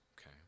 okay